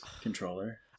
controller